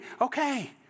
Okay